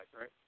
right